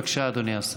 בבקשה, אדוני השר.